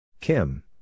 Kim